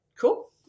Cool